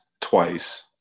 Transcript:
twice